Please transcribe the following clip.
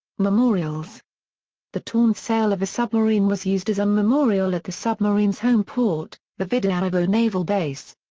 memorials the torn sail of a submarine was used as a memorial at the submarine's home port, the vidyayevo naval base.